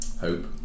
hope